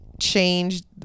changed